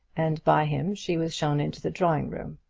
and by him she was shown into the drawing-room.